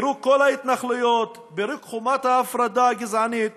פירוק כל ההתנחלויות, פירוק חומת ההפרדה הגזענית,